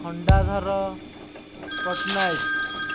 Khandadhar Patnaik